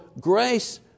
grace